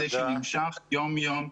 שנמשך יום-יום,